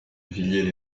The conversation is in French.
villers